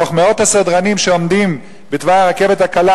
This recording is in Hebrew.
מתוך מאות הסדרנים שעומדים בתוואי הרכבת הקלה,